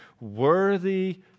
worthy